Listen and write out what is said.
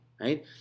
right